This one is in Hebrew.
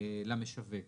למשווק.